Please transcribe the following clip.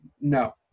No